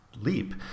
leap